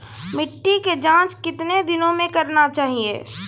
मिट्टी की जाँच कितने दिनों मे करना चाहिए?